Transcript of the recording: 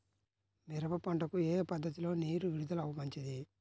మిరప పంటకు ఏ పద్ధతిలో నీరు విడుదల మంచిది?